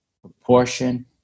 proportion